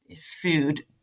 food